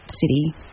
city